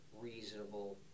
reasonable